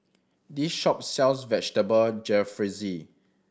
this shop sells Vegetable Jalfrezi